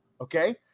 Okay